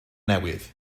newydd